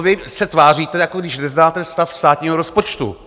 Vy se tváříte, jako když neznáte stav státního rozpočtu.